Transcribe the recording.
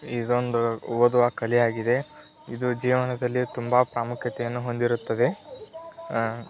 ಇದೊಂದು ಓದುವ ಕಲೆಯಾಗಿದೆ ಇದು ಜೀವನದಲ್ಲಿ ತುಂಬ ಪ್ರಾಮುಖ್ಯತೆಯನ್ನು ಹೊಂದಿರುತ್ತದೆ